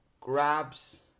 grabs